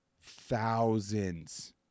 thousands